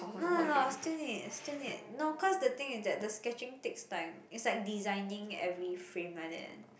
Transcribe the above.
no no no still need still need no cause the thing is that the sketching takes time is like designing every frame like that